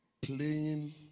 playing